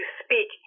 speak